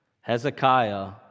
Hezekiah